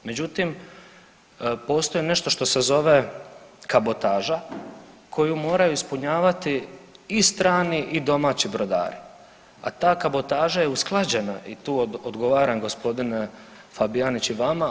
Međutim, postoji nešto što se zove kabotaža koju moraju ispunjavati i strani i domaći brodari a ta kabotaža je usklađena i tu odgovaram gospodine Fabijanić i vama.